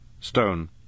Stone